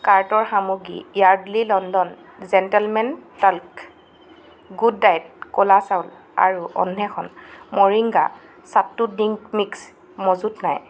কাৰ্টৰ সামগ্ৰী Yardley London gentleman talc good diet ক'লা চাউল আৰু অন্বেষণ মৰিংগা সট্টু ড্ৰিংক মিক্স মজুত নাই